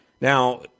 Now